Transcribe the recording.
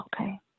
Okay